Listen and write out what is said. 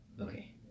okay